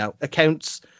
accounts